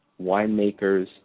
winemakers